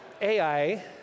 Ai